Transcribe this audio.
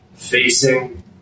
facing